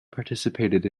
participated